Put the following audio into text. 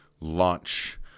launch